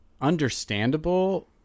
understandable